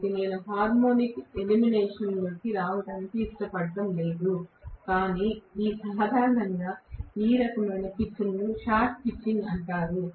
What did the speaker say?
కాబట్టి నేను హార్మోనిక్ ఎలిమినేషన్లోకి రావటానికి ఇష్టపడను కాని సాధారణంగా ఈ రకమైన పిచ్ను షార్ట్ పిచింగ్ అంటారు